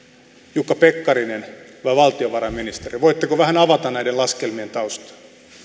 jukka pekkarinen vai valtiovarainministeriö voitteko vähän avata näiden laskelmien taustaa